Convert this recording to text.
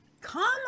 Come